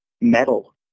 metal